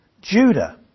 Judah